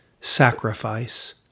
sacrifice